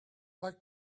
like